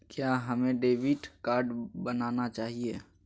क्या हमें debit card बनाना चाहिए?